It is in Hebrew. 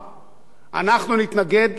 אנחנו נתנגד ליוזמה הזאת,